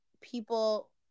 people